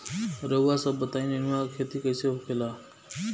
रउआ सभ बताई नेनुआ क खेती कईसे होखेला?